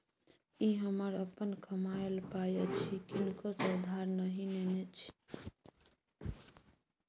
ई हमर अपन कमायल पाय अछि किनको सँ उधार नहि नेने छी